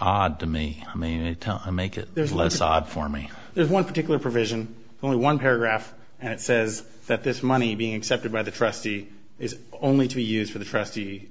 odd to me i mean it doesn't make it there's less odd for me there's one particular provision only one paragraph and it says that this money being accepted by the trustee is only to be used for the trustee